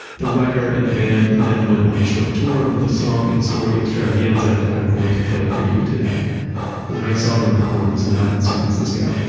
the writer and the band then went on a short tour with the song and story extravaganza that i'm going to play for you today. when i saw them perform this live in san francisco,